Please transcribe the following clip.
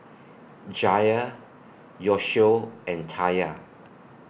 Jair Yoshio and Taya